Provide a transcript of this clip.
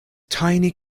tiny